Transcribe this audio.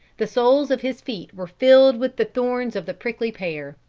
the soles of his feet were filled with the thorns of the prickly pear.